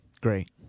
Great